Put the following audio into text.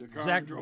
Zach